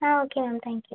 ah okay ma'am thank you